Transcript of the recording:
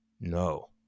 no